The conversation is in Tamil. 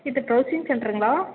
இது ப்ரௌசிங் சென்ட்ருங்களா